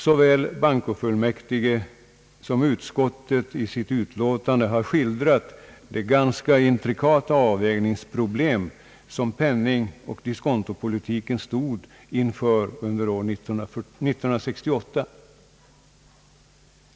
Såväl bankofullmäktige som utskottet har skildrat de ganska intrikata avvägningsproblem som penningoch diskontopolitiken stått inför under 1968.